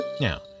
Now